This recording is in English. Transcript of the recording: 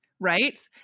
Right